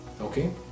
Okay